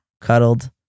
cuddled